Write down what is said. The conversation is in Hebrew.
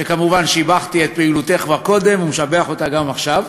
וכמובן שיבחתי את פעילותך כבר קודם ואני משבח אותה גם עכשיו.